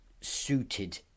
suited